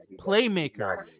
playmaker